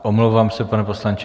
Omlouvám se, pane poslanče.